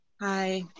hi